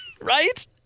Right